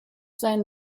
seinen